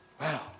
Wow